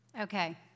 Okay